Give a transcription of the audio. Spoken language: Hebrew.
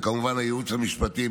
וכמובן הייעוץ המשפטי,